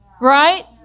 Right